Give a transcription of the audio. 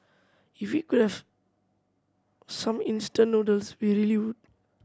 if we could have some instant noodles we really would